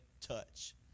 touch